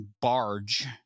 Barge